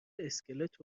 اسکلت